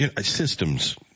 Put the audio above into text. systems